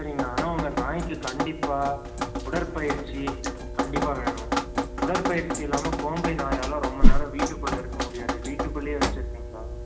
சரிங்க ஆனால் உங்கள் நாயிக்கு கண்டிப்பாக உடற்பயிற்சி கண்டிப்பாக வேணும் உடற்பயிற்சி இல்லாமல் கோம்பை நாயால் ரொம்ப நேரம் வீட்டுக்குள்ளே இருக்க முடியாது வீட்டுக்குள்ளையே வெச்சுருக்கிங்களா